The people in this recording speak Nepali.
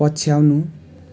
पछ्याउनु